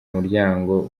muryango